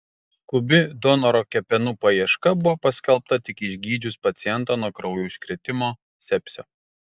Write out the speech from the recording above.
skubi donoro kepenų paieška buvo paskelbta tik išgydžius pacientą nuo kraujo užkrėtimo sepsio